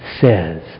says